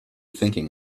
thinking